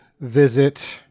visit